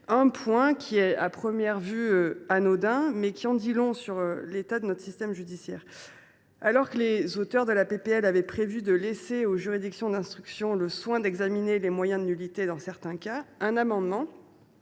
intervention est, à première vue, anodin, il en dit long sur l’état de notre système judiciaire. Alors que les auteurs de la proposition de loi avaient prévu de laisser aux juridictions d’instruction le soin d’examiner les moyens de nullité dans certains cas, l’un des amendements